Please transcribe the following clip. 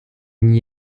n’y